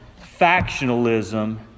factionalism